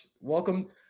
Welcome